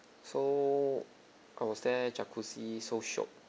so I was there jacuzzi so shiok